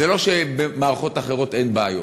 זה לא שבמערכות אחרות אין בעיות,